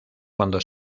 cuando